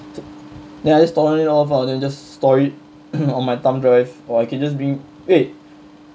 then I just torrent it off ah then I just store it on my thumb drive or I can just bring wait